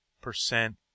percent